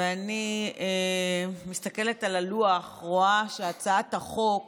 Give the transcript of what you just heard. ואני מסתכלת על הלוח, רואה את הצעת החוק